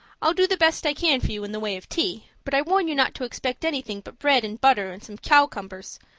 i'll do the best i can for you in the way of tea but i warn you not to expect anything but bread and butter and some cowcumbers.